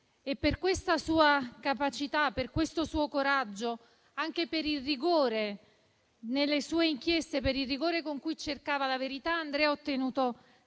per questa sua capacità, per questo suo coraggio, anche per il rigore nelle sue inchieste, per il rigore con cui cercava la verità, Andrea ha ottenuto